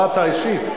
לא אתה אישית.